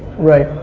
right.